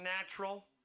natural